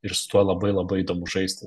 ir su tuo labai labai įdomu žaisti